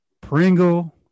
Pringle